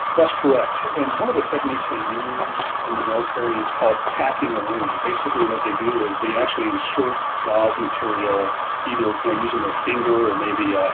that's correct. and one of the techniques they use in the military, it's called packing a wound. basically what they do is they actually insert gauze material either using their finger or maybe yeah